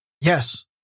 Yes